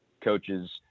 coaches